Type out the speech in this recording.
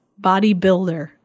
bodybuilder